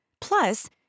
Plus